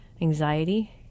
anxiety